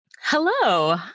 Hello